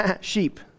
sheep